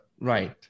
right